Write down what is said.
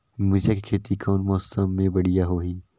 मिरचा के खेती कौन मौसम मे बढ़िया होही?